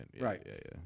right